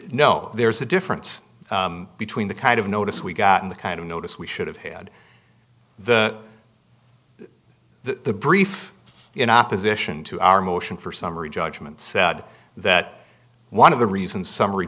no there's a difference between the kind of notice we've gotten the kind of notice we should have had the brief in opposition to our motion for summary judgment said that one of the reasons summary